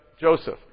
Joseph